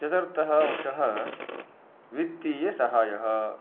चतुर्थः अंशः वित्तीयसहाय्यः